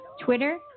Twitter